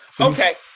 Okay